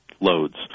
loads